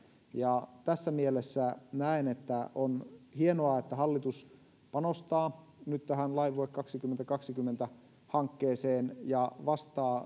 tässä mielessä näen että on hienoa että hallitus panostaa nyt tähän laivue kaksituhattakaksikymmentä hankkeeseen ja